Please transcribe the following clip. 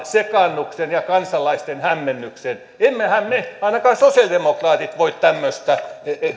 sekaannuksen ja kansalaisten hämmennyksen emmehän me ainakaan sosialidemokraatit voi tämmöistä